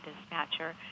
dispatcher